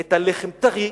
את הלחם טרי,